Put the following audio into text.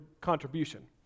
contribution